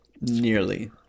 nearly